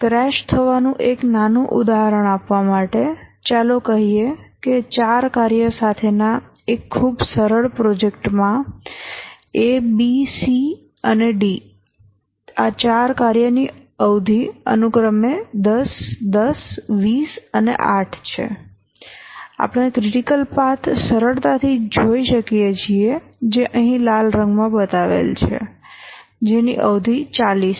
crash થવાનું એક નાનું ઉદાહરણ આપવા માટે ચાલો કહીએ કે ચાર કાર્ય સાથેના એક ખૂબ સરળ પ્રોજેક્ટ માં A B C D કાર્યની અવધિ અનુક્રમે 10 10 20 અને 8 છે આપણે ક્રિટિકલ પાથ સરળતાથી જોઇ શકીએ છીએ જે અહીં લાલ રંગમાં બતાવેલ છે જેની અવધિ 40 છે